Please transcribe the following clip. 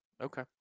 okay